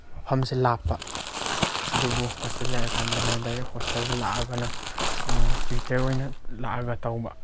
ꯃꯐꯝꯁꯦ ꯂꯥꯞꯄ ꯑꯗꯨꯕꯨ ꯍꯣꯁꯇꯦꯜ ꯂꯩꯔꯀꯥꯟꯗꯅ ꯗꯥꯏꯔꯦꯛ ꯍꯣꯁꯇꯦꯜꯗ ꯂꯥꯛꯑꯒꯅ ꯇ꯭ꯌꯨꯇꯔ ꯑꯣꯏꯅ ꯂꯥꯛꯑꯒ ꯇꯧꯕ